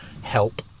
help